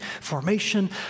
formation